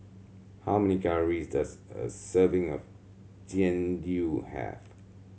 how many calories does a serving of Jian Dui have